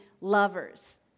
lovers